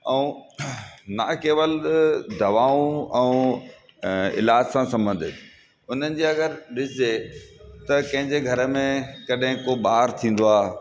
ऐं न केवल दवाऊं ऐं इलाज़ सां संबधित उन्हनि जे अगरि ॾिसजे त कंहिंजे घर में कॾहिं को ॿार थींदो आहे